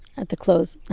at the clothes.